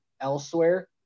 elsewhere